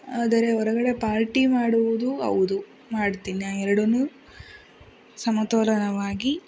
ಆದರೆ ಹೊರಗಡೆ ಪಾರ್ಟಿ ಮಾಡುವುದು ಹೌದು ಮಾಡ್ತೀನಿ ನಾ ಎರಡನ್ನೂ ಸಮತೋಲನವಾಗಿ